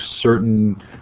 certain